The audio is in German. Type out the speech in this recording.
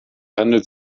handelt